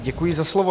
Děkuji za slovo.